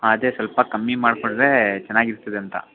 ಹಾಂ ಅದೆ ಸ್ವಲ್ಪ ಕಮ್ಮಿ ಮಾಡಿಕೊಂಡ್ರೇ ಚೆನ್ನಾಗಿರ್ತದೆ ಅಂತ